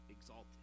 exalted